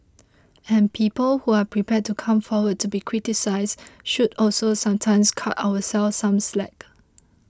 and people who are prepared to come forward to be criticised should also sometimes cut ourselves some slack